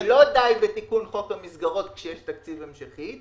לא די בתיקון חוק המסגרות כשיש תקציב המשכי,